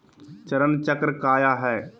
चरण चक्र काया है?